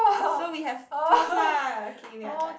so we have twelve lah okay we are done